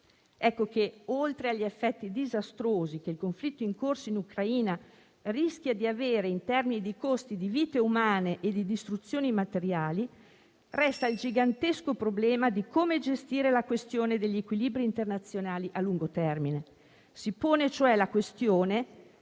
Ecco che, oltre agli effetti disastrosi che il conflitto in corso in Ucraina rischia di avere in termini di costi di vite umane e di distruzioni materiali, resta il gigantesco problema di come gestire la questione degli equilibri internazionali a lungo termine. Si pone cioè la questione